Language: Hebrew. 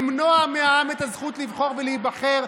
למנוע מהעם את הזכות לבחור ולהיבחר,